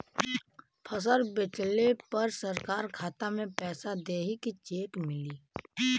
फसल बेंचले पर सरकार खाता में पैसा देही की चेक मिली?